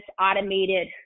automated